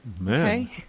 man